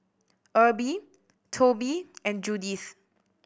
Erby Tobie and Judyth